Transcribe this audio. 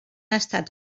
estat